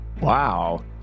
Wow